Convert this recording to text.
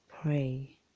pray